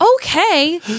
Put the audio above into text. Okay